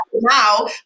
now